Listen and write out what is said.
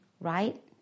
right